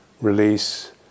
release